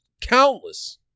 countless